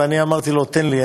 ואני אמרתי לו: תן לי,